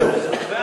זהו,